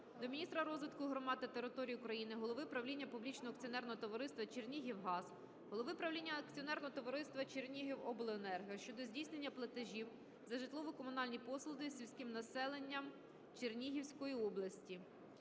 до міністра розвитку громад та територій України, голови правління Публічного акціонерного товариства "Чернігівгаз", голови правління Акціонерного товариства "Чернігівобленерго" щодо здійснення платежів за житлово-комунальні послуги сільським населенням Чернігівської області.